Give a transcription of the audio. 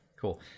Cool